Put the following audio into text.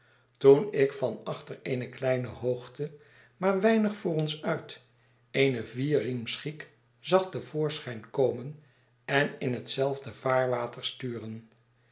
toen ik van achter eene kleine hoogte maar weinig voor ons uit eene vierriems giek zag te voorschijn komen en in hetzelfde vaarwater sturen